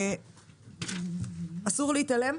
אסור להתעלם.